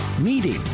meeting